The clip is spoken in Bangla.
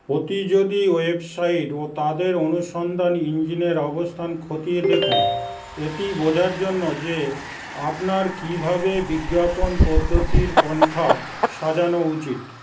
প্রতিযোগী ওয়েবসাইট ও তাদের অনুসন্ধান ইঞ্জিনের অবস্থান খতিয়ে দেখুন এটি বোঝার জন্য যে আপনার কীভাবে বিজ্ঞাপন পদ্ধতির পন্থা সাজানো উচিত